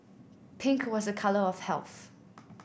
pink was a colour of health